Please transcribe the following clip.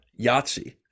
Yahtzee